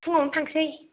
फुंआवनो थांनोसै